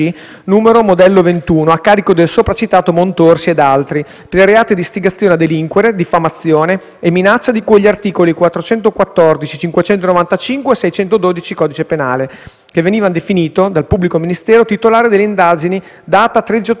per i reati di istigazione a delinquere, diffamazione e minaccia di cui agli articoli 414, 595 e 612 del codice penale, che veniva definito dal pubblico ministero titolare delle indagini in data 13 ottobre 2017 con richiesta di archiviazione per insussistenza del fatto.